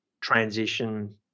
transition